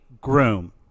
Groom